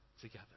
together